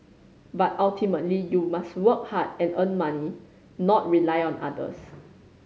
but ultimately you must work hard and earn money not rely on others